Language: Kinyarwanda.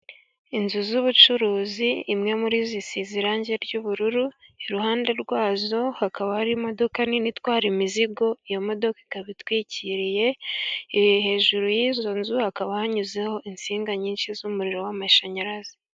Inzu z'ubucuruzi, imwe muri zo isize irangi ry'ubururu, iruhande rwa zo hakaba hari imodoka nini itwara imizigo, iyo modoka ikaba itwikiriye, hejuru y'izo nzu, hakaba hanyuzeho insinga nyinshi z'umuriro w'amashanyarazi.